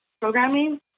programming